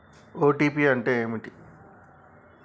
OTP అంటే ఏంటిది?